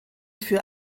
für